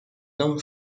não